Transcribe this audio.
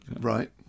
Right